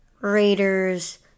Raiders